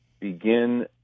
begin